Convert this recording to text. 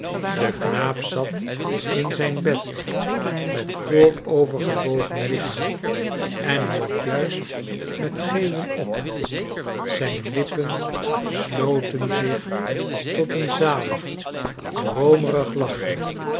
de knaap zat in zijn bed met voorovergebogen lichaam en hield juist met geeuwen op zijn lippen sloten zich tot een zalig droomerig lachje